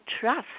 trust